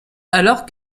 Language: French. alors